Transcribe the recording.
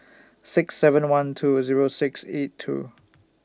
six seven one two Zero six eight two